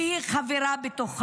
שהיא חברה בו.